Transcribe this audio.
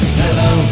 hello